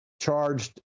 charged